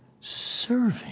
serving